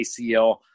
ACL